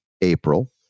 April